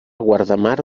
guardamar